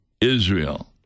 Israel